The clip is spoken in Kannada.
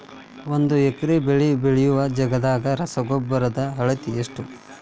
ಒಂದ್ ಎಕರೆ ಬೆಳೆ ಬೆಳಿಯೋ ಜಗದಾಗ ರಸಗೊಬ್ಬರದ ಅಳತಿ ಎಷ್ಟು?